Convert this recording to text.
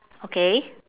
okay